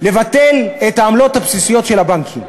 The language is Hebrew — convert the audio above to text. לבטל את העמלות הבסיסיות של הבנקים.